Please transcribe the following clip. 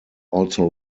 also